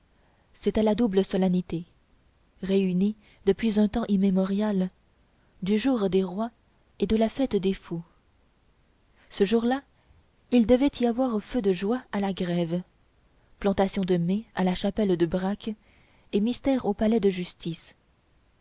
c'était la double solennité réunie depuis un temps immémorial du jour des rois et de la fête des fous ce jour-là il devait y avoir feu de joie à la grève plantation de mai à la chapelle de braque et mystère au palais de justice